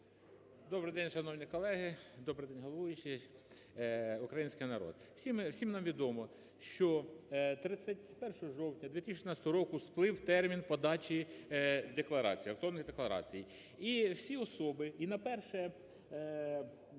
Добрий день, шановні колеги! Добрий день, головуючий! Український народ! Всім нам відомо, що 31 жовтня 2016 року сплив термін подачі декларацій, електронних декларацій. І всі особи, і на перше,